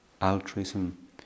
Altruism